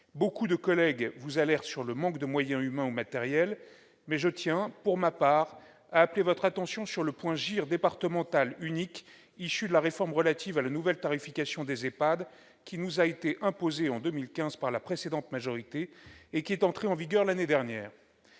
Beaucoup de collègues vous alertent sur le manque de moyens humains ou matériels, mais, pour ma part, je tiens à appeler votre attention sur le point GIR départemental unique, issu de la réforme relative à la nouvelle tarification des EHPAD, qui nous a été imposée en 2015 par la précédente majorité et qui est entrée en vigueur l'année dernière.